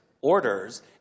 orders